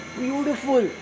beautiful